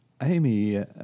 Amy